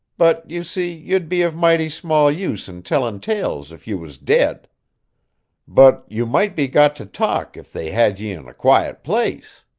but, you see, you'd be of mighty small use in tellin' tales if you was dead but you might be got to talk if they had ye in a quiet place.